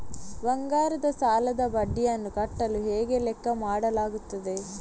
ಬಂಗಾರದ ಸಾಲದ ಬಡ್ಡಿಯನ್ನು ಕಟ್ಟಲು ಹೇಗೆ ಲೆಕ್ಕ ಮಾಡಲಾಗುತ್ತದೆ?